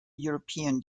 european